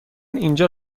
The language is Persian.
اینجا